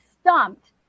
stumped